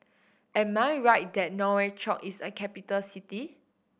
am I right that Nouakchott is a capital city